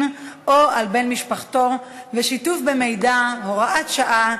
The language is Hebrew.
או על בן משפחתו ושיתוף במידע (הוראת שעה),